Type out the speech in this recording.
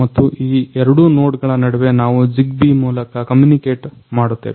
ಮತ್ತು ಈ ಎರಡು ನೋಡ್ಗಳ ನಡುವೆ ನಾವು Zigbee ಮೂಲಕ ಕಮ್ಯುನಿಕೆಟ್ ಮಾಡುತ್ತವೆ